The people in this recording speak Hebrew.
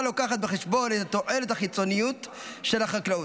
לוקחת בחשבון את התועלת החיצונית של החקלאות,